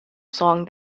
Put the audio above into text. song